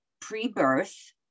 pre-birth